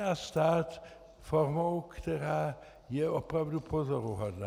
Obírá stát formou, která je opravdu pozoruhodná.